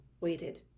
waited